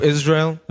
Israel